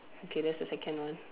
okay that's the second one